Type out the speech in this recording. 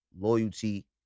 loyalty